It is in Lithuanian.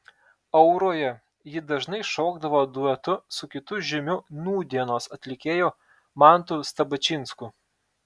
auroje ji dažnai šokdavo duetu su kitu žymiu nūdienos atlikėju mantu stabačinsku